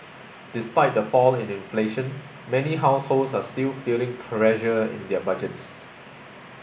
despite the fall in inflation many households are still feeling pressure in their budgets